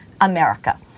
America